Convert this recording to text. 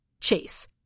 Chase